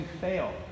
fail